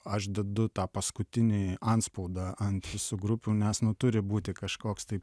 aš dedu tą paskutinį antspaudą ant visų grupių nes nu turi būti kažkoks tai